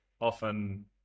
often